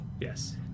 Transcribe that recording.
yes